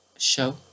Show